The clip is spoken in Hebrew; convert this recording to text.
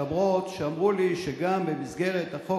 אף-על-פי שאמרו לי שגם במסגרת החוק